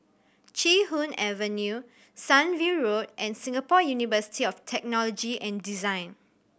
Chee Hoon Avenue Sunview Road and Singapore University of Technology and Design